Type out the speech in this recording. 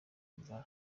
numva